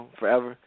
forever